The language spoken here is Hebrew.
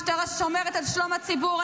משטרה ששומרת על שלום הציבור.